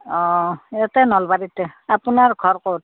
অঁ ইয়াতে নলবাৰীতে আপোনাৰ ঘৰ ক'ত